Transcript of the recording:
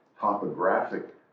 topographic